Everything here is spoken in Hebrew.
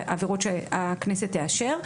והעבירות הנוספות שהכנסת תאשר,